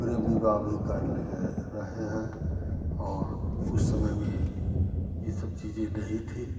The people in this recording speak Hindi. प्रेम विवाह भी कर रहे रहे हैं और उस समय में यह सब चीज़ें नहीं थीं